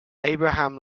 abraham